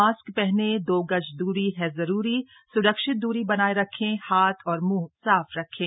mask पहने दो गज दूरी है जरूरी स्रक्षित दूरी बनाए रखें हाथ और मुंह साफ रखें